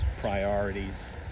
priorities